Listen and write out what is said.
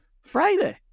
Friday